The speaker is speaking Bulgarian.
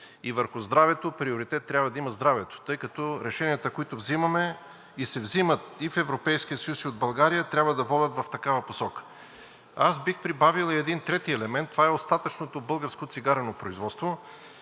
и върху здравето, приоритет трябва да има здравето, тъй като решенията, които взимаме – и се взимат и в Европейския съюз, и от България, трябва да водят в такава посока. Аз бих прибавил и един трети елемент – това е остатъчното българско цигарено производство.